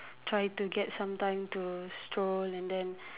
try to get some time to stroll and then